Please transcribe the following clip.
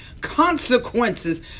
consequences